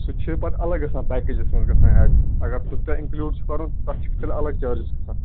سُہ چھُ پَتہٕ الگ گَژھان پٮ۪کیٚجَس منٛز گَژھان ایڈ اَگر سُہ تۄہہِ اِنکلوٗڈ چھُ کَرُن تَتھ چھِ تیٚلہِ الگ چارجِز